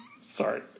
Sorry